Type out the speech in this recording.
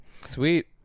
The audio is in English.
Sweet